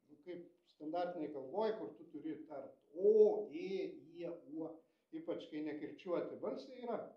nu kaip standartinėj kalboj kur tu turi tart o ė ie uo ypač kai nekirčiuoti balsiai yra